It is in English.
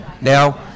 Now